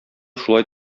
шулай